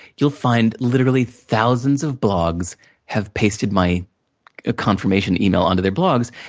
you'll find literally thousands of blogs have pasted my ah confirmation email onto their blogs.